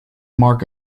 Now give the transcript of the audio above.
mark